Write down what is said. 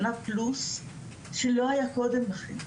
שנה פלוס שלא היה קודם לכן,